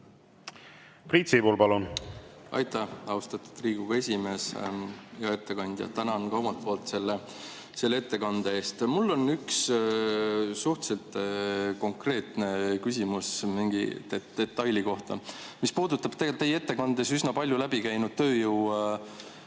Priit Sibul, palun! Aitäh, austatud Riigikogu esimees! Hea ettekandja! Tänan ka omalt poolt selle ettekande eest! Mul on üks suhteliselt konkreetne küsimus mingi detaili kohta, mis puudutab teie ettekandes üsna palju läbi käinud tööjõupuuduse